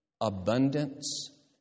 Abundance